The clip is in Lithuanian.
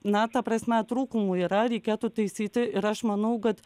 na ta prasme trūkumų yra reikėtų taisyti ir aš manau kad